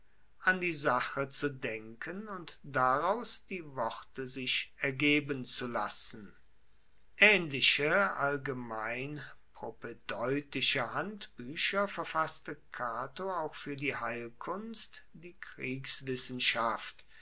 an die sache zu denken und daraus die worte sich ergeben zu lassen aehnliche allgemein propaedeutische handbuecher verfasste cato auch fuer die heilkunst die